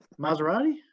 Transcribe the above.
maserati